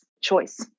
choice